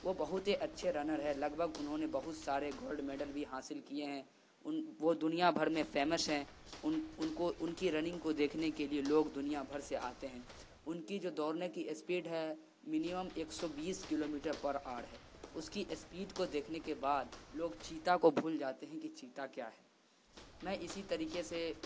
وہ بہت ہی اچھے رنر ہیں لگ بھگ انہوں نے بہت سارے گولڈ میڈل بھی حاصل کیے ہیں ان وہ دنیا بھر میں فیمش ہیں ان ان کو ان کی رننگ کو دیکھنے کے لیے لوگ دنیا بھر سے آتے ہیں ان کی جو دوڑنے کی اسپیڈ ہے منیمم ایک سو بیس کلو میٹر پر آر ہے اس کی اسپیڈ کو دیکھنے کے بعد لوگ چیتا کو بھول جاتے ہیں کہ چیتا کیا ہے میں اسی طریقے سے